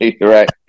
Right